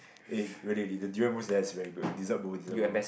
it really the durian mousse there is very good Dessert Bowl Dessert Bowl